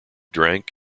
drank